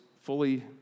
fully